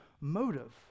Motive